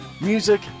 Music